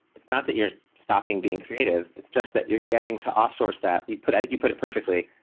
it's not that you're stopping being creative, it's just that you're getting to off source that. you put you put it perfectly.